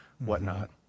whatnot